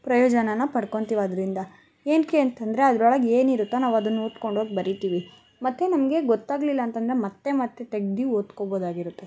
ಪ್ರಯೋಜನಾನ ಪಡ್ಕೊಂತೀವದ್ರಿಂದ ಏನಕ್ಕೆ ಅಂತಂದರೆ ಅದ್ರೊಳಗೆ ಏನಿರುತ್ತೊ ನಾವು ಅದನ್ನು ಓದ್ಕೊಂಡೋಗಿ ಬರಿತೀವಿ ಮತ್ತು ನಮಗೆ ಗೊತ್ತಾಗ್ಲಿಲ್ಲಾಂತಂದ್ರೆ ಮತ್ತೆ ಮತ್ತೆ ತೆಗ್ದು ಓದ್ಕೊಬೋದಾಗಿರತ್ತೆ